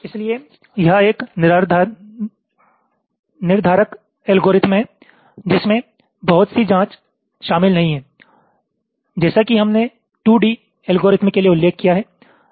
इसलिए यह एक निर्धारक एल्गोरिथ्म है जिसमें बहुत सी जाँच शामिल नहीं है जैसा कि हमने 2D एल्गोरिथ्म के लिए उल्लेख किया है